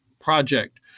project